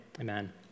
Amen